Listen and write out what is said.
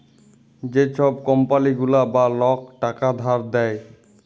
যে ছব কম্পালি গুলা বা লক টাকা ধার দেয়